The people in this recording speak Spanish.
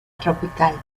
tropical